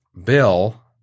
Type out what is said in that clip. Bill